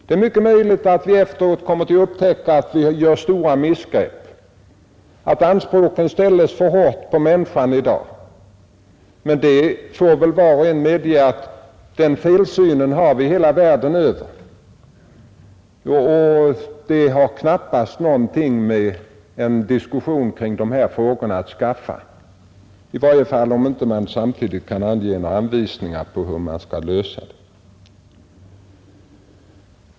Det är mycket möjligt att en eftervärld kommer att upptäcka att vi har gjort stora missgrepp, att anspråken på människan i dag ställs för högt. Men var och en måste väl medge att den felsynen finns världen över, och den har knappast någonting med en diskussion kring dessa frågor att skaffa — i varje fall om man inte samtidigt kan ge anvisning på hur problemet skall lösas.